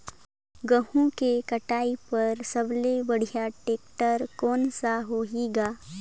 गहूं के कटाई पर सबले बढ़िया टेक्टर कोन सा होही ग?